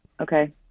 Okay